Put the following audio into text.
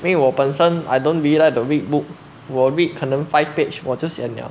没有我本身 I don't really like to read book 我 read 可能 five page 我就 sian 了